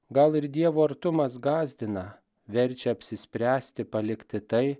gal ir dievo artumas gąsdina verčia apsispręsti palikti tai